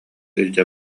илдьэ